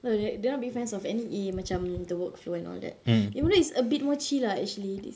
no they dorang big fans of N_E_A macam the workflow and all that even though it's a bit more chill uh actually